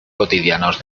cotidianos